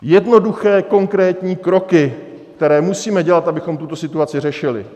Jednoduché, konkrétní kroky, které musíme dělat, abychom tuto situaci řešili.